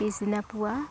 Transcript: পিছদিনা পুৱা